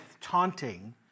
taunting